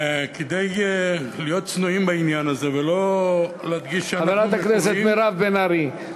כדאי להיות צנועים בעניין הזה ולא להגיד חברת הכנסת מירב בן ארי,